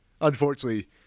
unfortunately –